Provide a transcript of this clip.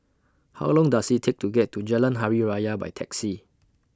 How Long Does IT Take to get to Jalan Hari Raya By Taxi